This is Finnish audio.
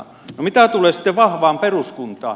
no mitä tulee sitten vahvaan peruskuntaan